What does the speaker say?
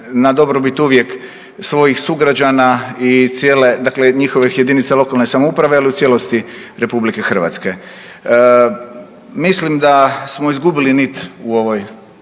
na dobrobit uvijek svojih sugrađana i cijele, dakle njihovih jedinica lokalne samouprave, ali i u cijelosti RH. Mislim da smo izgubili nit u ovoj